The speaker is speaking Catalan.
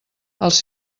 els